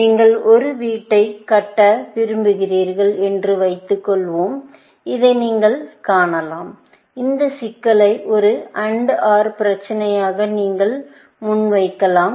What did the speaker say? நீங்கள் ஒரு வீட்டைக் கட்ட விரும்புகிறீர்கள் என்று வைத்துக்கொள்வோம் இதை நீங்கள் காணலாம் இந்த சிக்கலை ஒரு AND OR பிரச்சினையாக நீங்கள் முன்வைக்கலாம்